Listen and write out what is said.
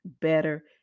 better